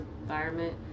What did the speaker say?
environment